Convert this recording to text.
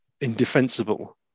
indefensible